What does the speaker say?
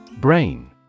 Brain